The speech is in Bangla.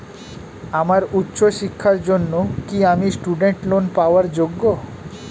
আমার উচ্চ শিক্ষার জন্য কি আমি স্টুডেন্ট লোন পাওয়ার যোগ্য?